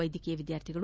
ವೈದ್ಯಕೀಯ ವಿದ್ಯಾರ್ಥಿಗಳು